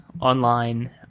online